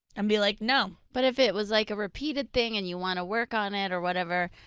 and be like, no. but if it was like a repeated thing and you want to work on it or whatever,